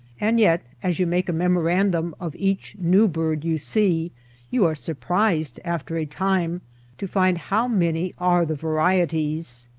and yet as you make a memo randum of each new bird you see you are sur prised after a time to find how many are the varieties.